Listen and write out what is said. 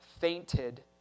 fainted